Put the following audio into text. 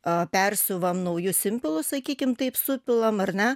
a persiuvam naujus impilus sakykim taip supilam ar ne